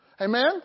Amen